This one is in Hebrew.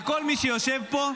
לכל מי שיושב פה: